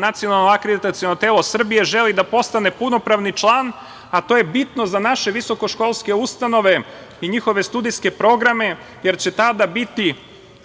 Nacionalno akreditaciono telo Srbije želi da postane punopravni član, a to je bitno za naše visoko školske ustanove i njihove studijske programe, jer će tada biti